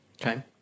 Okay